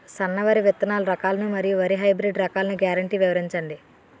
సన్న వరి విత్తనాలు రకాలను మరియు వరి హైబ్రిడ్ రకాలను గ్యారంటీ వివరించండి?